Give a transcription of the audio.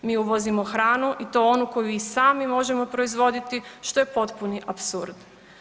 Mi uvozimo hranu i to onu koju i sami možemo proizvoditi što je potpuni apsurd.